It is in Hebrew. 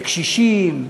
לקשישים?